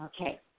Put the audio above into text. Okay